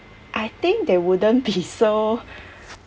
I think they wouldn't be so